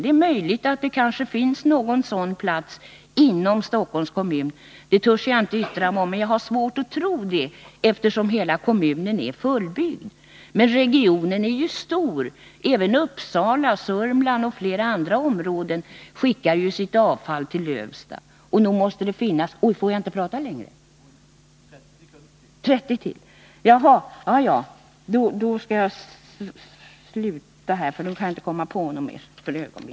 Det är möjligt att det finns någon sådan plats inom Stockholms kommun — det törs jaginte yttra mig om — men jag har svårt att tro det, eftersom hela kommunen är fullbyggd. Men regionen är ju stor — även Uppsala, Sörmland och flera andra områden skickar sitt avfall till Lövsta — så nog måste det finnas något lämpligt område inom regionen.